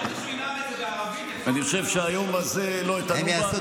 אתה רוצה שהוא ינאם את זה בערבית?